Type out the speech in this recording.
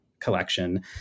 collection